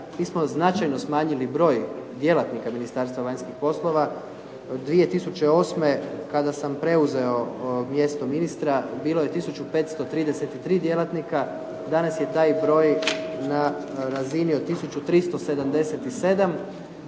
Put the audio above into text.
mi smo značajno smanjili broj djelatnika Ministarstva vanjskih poslova. 2008. kada sam preuzeo mjesto ministra bilo je tisuću 533 djelatnika, danas je taj broj na razini od